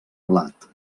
blat